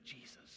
Jesus